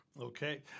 Okay